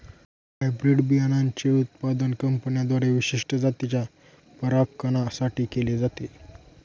hybrid बियाणांचे उत्पादन कंपन्यांद्वारे विशिष्ट जातीच्या परागकणां साठी केले जाते